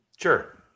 Sure